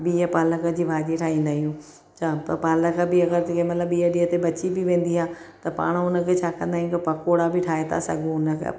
बिह पालक जी भाॼी ठाहींदा आहियूं छा त पालक बि अगिर जंहिं महिल ॿिए ॾींहं ते बची बि वेंदी आहे त पाण हुनखे छा कंदा आहियूं जो पकोड़ा बि ठाहे था सघूं हुनखे